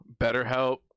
BetterHelp